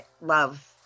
love